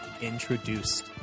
introduced